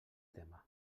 tema